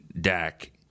Dak